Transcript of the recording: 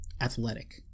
athletic